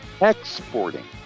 exporting